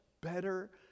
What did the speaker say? better